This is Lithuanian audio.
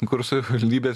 kur savivaldybė